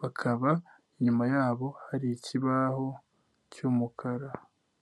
bakaba inyuma yabo hari ikibaho cy'umukara.